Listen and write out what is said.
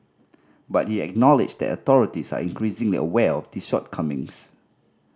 but he acknowledged that authorities are increasingly aware of these shortcomings